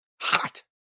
Hot